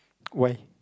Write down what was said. why